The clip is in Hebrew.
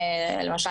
למשל,